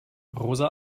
rosa